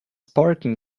parking